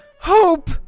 HOPE